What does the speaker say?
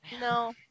No